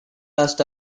rust